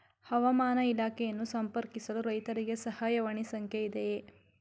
ಹವಾಮಾನ ಇಲಾಖೆಯನ್ನು ಸಂಪರ್ಕಿಸಲು ರೈತರಿಗೆ ಸಹಾಯವಾಣಿ ಸಂಖ್ಯೆ ಇದೆಯೇ?